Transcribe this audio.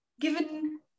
given